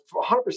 100%